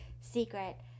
secret